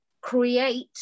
create